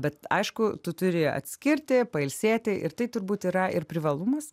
bet aišku tu turi atskirti pailsėti ir tai turbūt yra ir privalumas